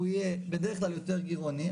הוא יהיה בדרך כלל יותר גירעוני,